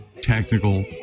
technical